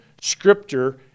scripture